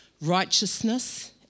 righteousness